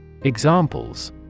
Examples